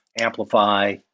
amplify